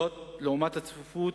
לעומת צפיפות